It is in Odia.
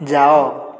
ଯାଅ